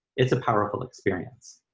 it's a powerful experience.